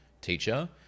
teacher